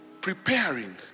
preparing